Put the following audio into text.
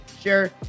sure